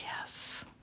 Yes